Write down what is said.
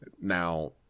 Now